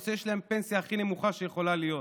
שיש להם פנסיה הכי נמוכה שיכולה להיות.